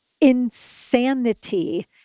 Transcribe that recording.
insanity